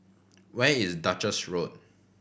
where is Duchess Road